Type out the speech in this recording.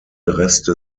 reste